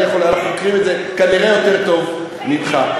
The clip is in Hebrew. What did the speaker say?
אנחנו, כנראה יותר טוב ממך.